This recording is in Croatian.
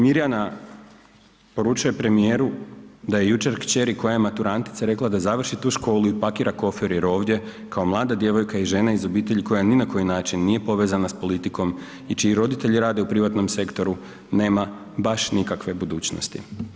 Mirjana poručuje premijeru da je jučer kćeri koja je maturantica rekla da završi tu školu i pakira kofer jer ovdje kao mlada djevojka i žena iz obitelji koja ni na koji način nije povezana s politikom i čiji roditelji rade u privatnom sektoru, nema baš nikakve budućnosti.